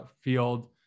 field